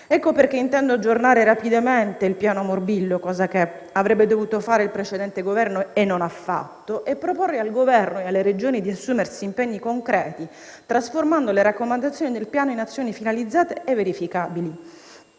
Per questo intendo aggiornare rapidamente il piano morbillo - cosa che avrebbe dovuto fare il precedente Governo e non ha fatto - e proporre al Governo e alle Regioni di assumersi impegni concreti, trasformando le raccomandazioni del piano in azioni finalizzate e verificabili.